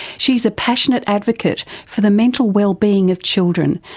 she's a passionate advocate for the mental well-being of children,